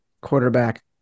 quarterback